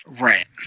Right